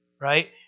right